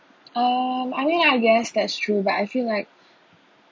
um I mean I guess that's true but I feel like